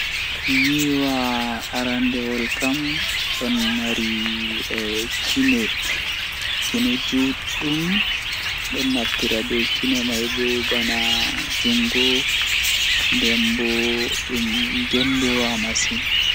ɓe njifti ko tawii e hoore mum ko ɓe njangol kaɗɗum njiyam. ɓe waawi njifti ɓe ɓuri jooɗi fi njeldu. ɓe waawi ngoodi so ɓe njangol ko tawii e sa'a. ɓe njifti ko e jooɗi fi fiye. Kadi, ɓe njangol ko tawii e njangol ɓe jooɗi fi njeldu.